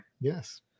Yes